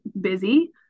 busy